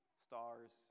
stars